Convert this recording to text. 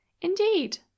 Indeed